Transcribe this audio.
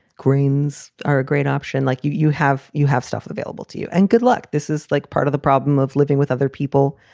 greens are a great option like you you have. you have stuff available to you and good luck. this is like part of the problem of living with other people.